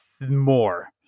more